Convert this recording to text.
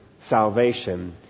salvation